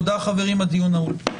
תודה חברים, הדיון נעול.